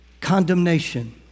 condemnation